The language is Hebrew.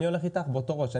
אני אתך באותו ראש.